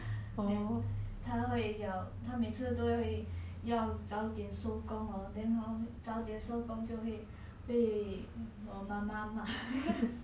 then 他会要他每次都会要早点收工 hor then hor 早点收工就会会被我妈妈骂